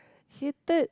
hated